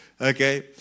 Okay